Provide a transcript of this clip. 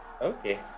okay